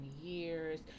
years